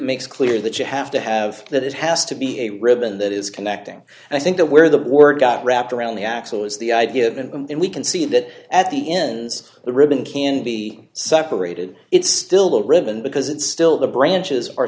makes clear that you have to have that it has to be a ribbon that is connecting and i think that where the word got wrapped around the axle is the idea of an and we can see that at the ends the ribbon can be separated it's still the ribbon because it still the branches are